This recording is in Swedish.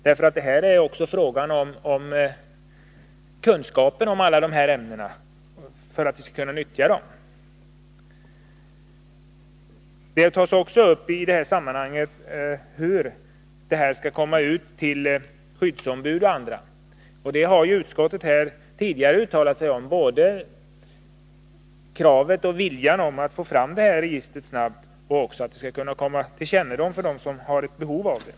Här är det också fråga om kunskapen om alla dessa ämnen, för att vi skall kunna nyttja dem. I detta sammanhang tas också frågan upp hur informationen skall kunna komma ut till skyddsombud och andra. Utskottet har tidigare givit uttryck för både kravet och viljan att registret snart skall bli klart och också komma till deras kännedom som har behov av det.